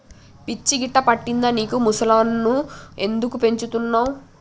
పిచ్చి గిట్టా పట్టిందా నీకు ముసల్లను ఎందుకు పెంచుతున్నవ్